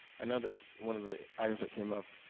i know that one of the items that came up,